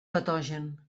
patogen